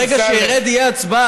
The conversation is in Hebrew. ברגע שאני ארד תהיה הצבעה,